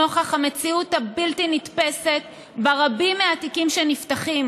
נוכח המציאות הבלתי-נתפסת שבה רבים מהתיקים שנפתחים